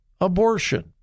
abortion